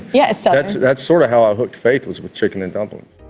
yeah so that's that's sort of how i hooked faith, is with chicken and dumplings.